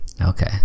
Okay